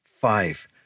five